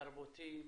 תרבותי,